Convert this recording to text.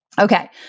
Okay